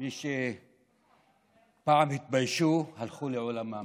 מי שפעם התביישו הלכו לעולמם.